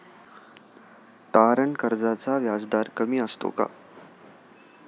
तारण कर्जाचा व्याजदर कमी असतो का?